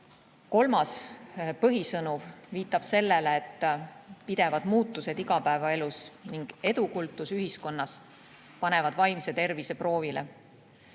Kolmas põhisõnum viitab sellele, et pidevad muutused igapäevaelus ning edukultus ühiskonnas panevad vaimse tervise proovile.